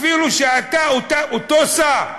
אפילו שאתה אותו שר,